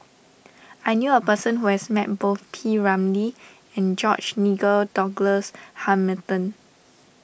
I knew a person who has met both P Ramlee and George Nigel Douglas Hamilton